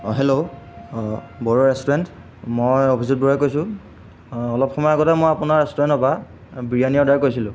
অঁ হেল্ল' অঁ বৰুৱা ৰেষ্টুৰেণট অঁ মই অভিজিত বৰুৱাই কৈছোঁ অঁ অলপ সময়ৰ আগতে মই আপোনাৰ ৰেষ্টুৰেণটৰ পৰা বিৰিয়ানী অৰ্ডাৰ কৰিছিলোঁ